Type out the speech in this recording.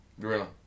Gorilla